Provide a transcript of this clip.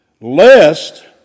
Lest